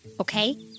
Okay